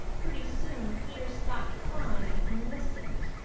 pretty soon peter stopped crying and listened,